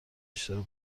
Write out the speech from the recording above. اشتراک